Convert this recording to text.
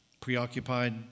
preoccupied